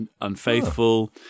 unfaithful